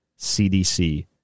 CDC